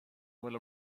bhfuil